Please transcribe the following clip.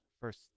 First